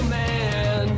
man